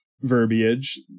verbiage